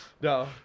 No